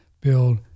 Build